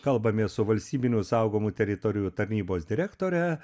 kalbamės su valstybinių saugomų teritorijų tarnybos direktore